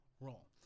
role